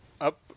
up